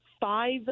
five